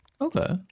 Okay